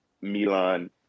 Milan